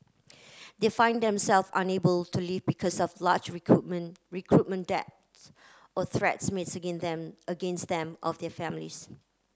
they find themself unable to leave because of large recruitment recruitment debts or threats them against them of their families